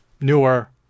newer